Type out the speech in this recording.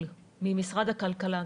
אנחנו נחלק את הדיון לשני חלקים: